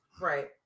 right